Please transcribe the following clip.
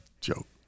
joke